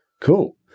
Cool